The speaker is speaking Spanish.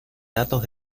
datos